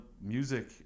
music